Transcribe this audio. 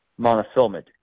monofilament